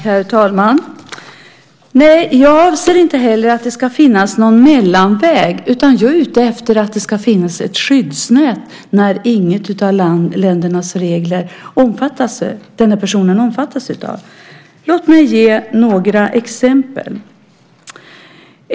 Herr talman! Nej, jag anser inte att det ska finnas en mellanväg utan jag är ute efter ett skyddsnät när personen i fråga inte omfattas av någondera lands regler. Låt mig ge några exempel.